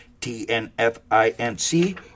TNFINC